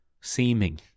seeming